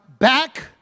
Back